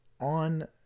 on